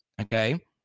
Okay